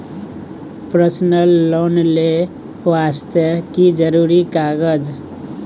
Personal loan ले वास्ते की जरुरी कागज?